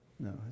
No